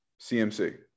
CMC